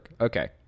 okay